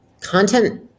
content